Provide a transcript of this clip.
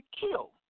kill